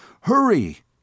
Hurry